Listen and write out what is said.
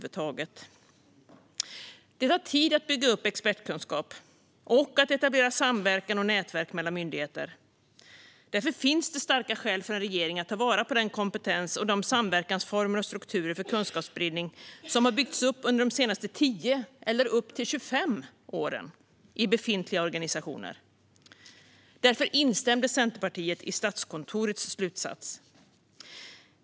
Det tar tid att bygga upp expertkunskap och att etablera samverkan och nätverk mellan myndigheter. Därför finns det starka skäl för en regering att ta vara på den kompetens, de samverkansformer och strukturer för kunskapsspridning som har byggts upp under de senaste 10 eller upp till 25 åren i befintliga organisationer. Centerpartiet instämde därför i Statskontorets slutsats.